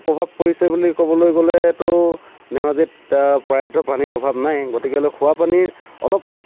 ইয়াৰ প্ৰভাৱ পৰিছে বুলি ক'বলৈ গ'লেতো ধেমাজিত প্ৰায়তো পানীৰ অভাৱ নাই গতিকে লৈ খোৱা পানীৰ অলপ